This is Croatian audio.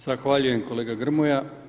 Zahvaljujem kolega Grmoja.